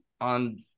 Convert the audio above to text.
on